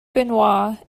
benoit